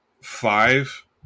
five